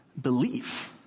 belief